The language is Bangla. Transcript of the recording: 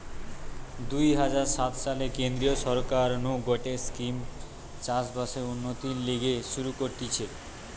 দুই হাজার সাত সালে কেন্দ্রীয় সরকার নু গটে স্কিম চাষ বাসের উন্নতির লিগে শুরু করতিছে